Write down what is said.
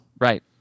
Right